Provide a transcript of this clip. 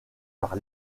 par